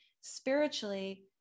spiritually